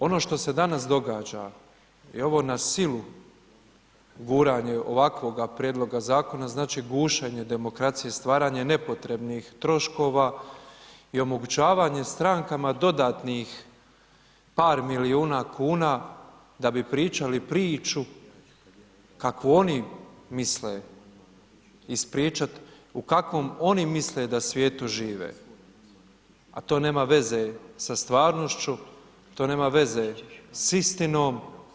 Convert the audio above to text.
Ono što se danas događa je ovo na silu guranje ovakvoga prijedloga zakona znači gušenje demokracije stvaranje nepotrebnih troškova i omogućavanje strankama dodatnih par miliona kuna da bi pričali priču kakvu oni misle ispričat u kakvom oni misle da svijetu žive, a to nema veze sa stvarnošću, to nema veze s istinom.